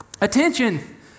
attention